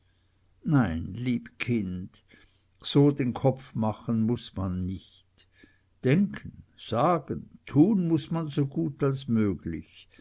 nein lieb kind so den kopf machen muß man nicht denken sagen tun muß man so gut als möglich